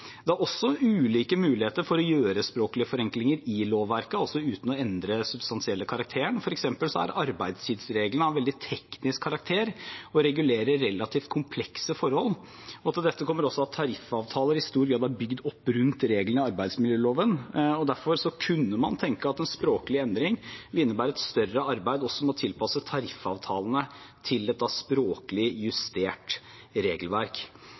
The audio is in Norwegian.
Det er også ulike muligheter for å gjøre språklige forenklinger i lovverket, altså uten å endre den substansielle karakteren. For eksempel er arbeidstidsreglene av veldig teknisk karakter og regulerer relativt komplekse forhold. Til dette kommer også at tariffavtaler i stor grad er bygd opp rundt reglene i arbeidsmiljøloven, og derfor kunne man tenke at en språklig endring ville innebære et større arbeid også med å tilpasse tariffavtalene til et språklig justert regelverk.